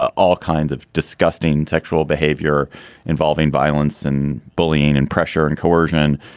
all kinds of disgusting sexual behavior involving violence and bullying and pressure and coercion.